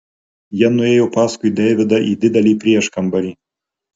jie nuėjo paskui deividą į didelį prieškambarį